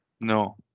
No